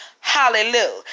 hallelujah